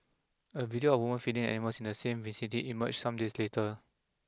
a video of a woman feeding the animals in the same vicinity emerged some days later